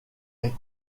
est